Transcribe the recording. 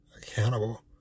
accountable